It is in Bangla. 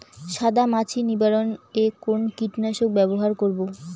সাদা মাছি নিবারণ এ কোন কীটনাশক ব্যবহার করব?